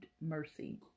mercy